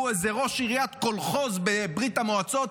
הוא איזה ראש עיריית קולחוז בברית המועצות